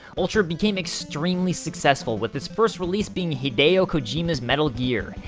ultra became extremely successful, with its first release being hideo kojima's metal gear.